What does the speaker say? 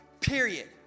period